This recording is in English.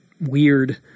weird